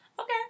Okay